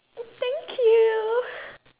thank you